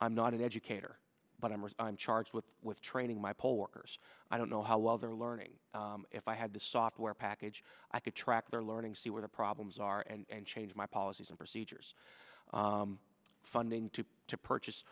i'm not an educator but i'm or i'm charged with training my poll workers i don't know how well they're learning if i had the software package i could track their learning see where the problems are and change my policies and procedures funding to to purchase